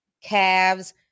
calves